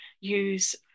use